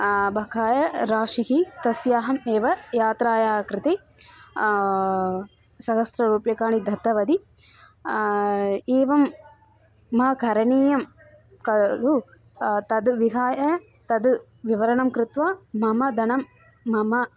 बखाय राशिः तस्य अहम् एव यात्रायाः कृते सहस्ररूप्यकाणि दत्तवती एवं मा करणीयं खलु तत् विहाय तद्विवरणं कृत्वा मम धनं मम